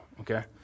okay